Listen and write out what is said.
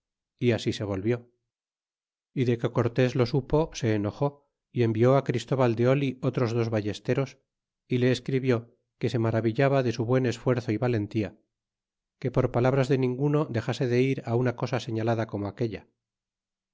y así se volvió y de que cortés lo supo se enojé y envió á christóbal de oli otros dos vallesteros y le escribió que se maravillaba de su buen esfuerzo y valentía que por palabras de ninguno dexase de ir una cosa señalada como aquella